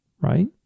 right